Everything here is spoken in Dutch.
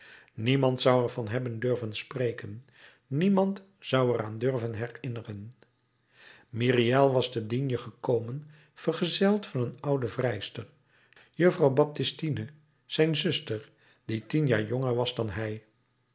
niemand zou er van hebben durven spreken niemand zou er aan durven herinneren myriel was te digne gekomen vergezeld van een oude vrijster juffrouw baptistine zijn zuster die tien jaar jonger was dan hij